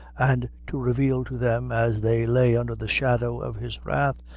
and to reveal to them, as they lay under the shadow of his wrath,